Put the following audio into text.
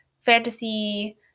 fantasy